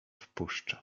wpuszczę